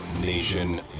nation